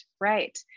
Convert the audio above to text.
right